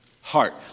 Heart